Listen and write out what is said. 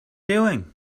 doing